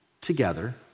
together